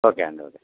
okay అండి okay